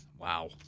Wow